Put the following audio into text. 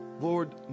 Lord